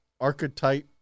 archetype